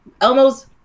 elmo's